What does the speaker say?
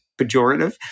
pejorative